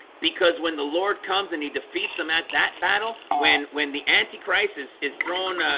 because when the lord comes and he defeats them at that battle when when the antichrist is is thrown, ah